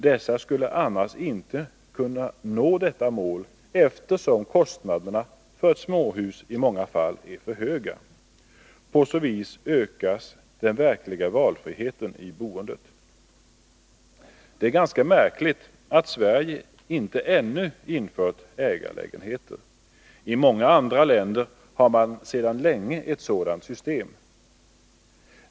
De skulle annars inte kunna nå detta mål, eftersom kostnaderna för ett småhus i många fall är för höga. På så vis ökas den verkliga valfriheten i boendet. Det är ganska märkligt att Sverige inte ännu infört ägarlägenheter. I många andra länder har man sedan länge ett sådant system.